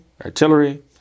artillery